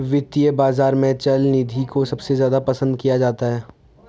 वित्तीय बाजार में चल निधि को सबसे ज्यादा पसन्द किया जाता है